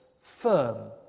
firm